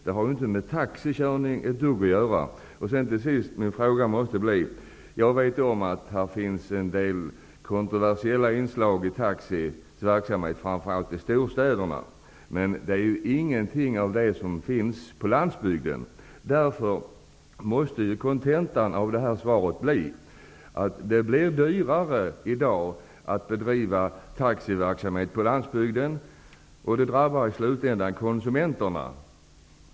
Det har ju inte ett dugg med taxikörning att göra. Jag vet om att det framför allt i storstäderna finns en del kontroversiella inslag i taxiverksamheten, men ingenting av detta förekommer ju på landsbygden. Därför måste kontentan av svaret vara att det i dag blir dyrare att bedriva taxiverksamhet på landsbygden och att det i slutändan drabbar konsumenterna.